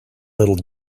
little